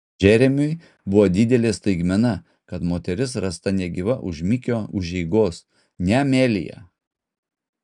džeremiui buvo didelė staigmena kad moteris rasta negyva už mikio užeigos ne amelija